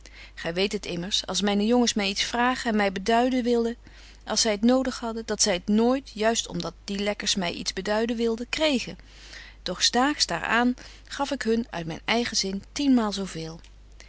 gy weet het immers als myne jongens my iets vragen en my beduiden wilden dat zy t nodig hadden dat zy het nooit juist om dat die lekkers my iets beduiden wilden kregen dog s daags daar aan gaf ik hun uit myn eigen zin tienmaal zo veel